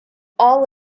all